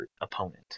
opponent